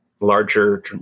larger